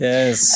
Yes